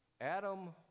Adam